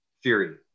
Fury